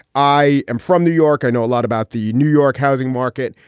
i am from new york. i know a lot about the new york housing market.